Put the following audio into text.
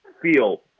feel